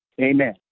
amen